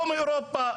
לא מאירופה,